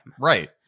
right